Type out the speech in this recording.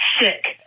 sick